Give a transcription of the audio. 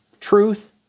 Truth